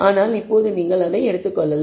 ஆனால் இப்போது நீங்கள் அதை எடுத்துக் கொள்ளலாம்